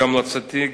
בהמלצתי,